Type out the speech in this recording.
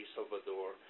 Salvador